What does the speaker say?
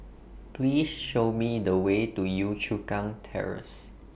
Please Show Me The Way to Yio Chu Kang Terrace